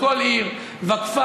בכל עיר וכפר,